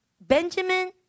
Benjamin